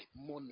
money